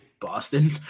Boston